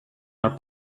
our